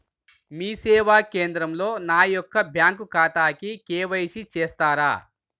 మీ సేవా కేంద్రంలో నా యొక్క బ్యాంకు ఖాతాకి కే.వై.సి చేస్తారా?